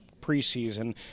preseason